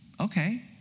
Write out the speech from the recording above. Okay